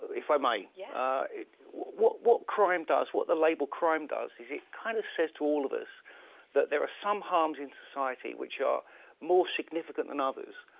if i may. yeah what what crime does, what the label crime does is it kind of says to all of us that there are some harms in society which are more significant than others,